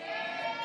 ההסתייגות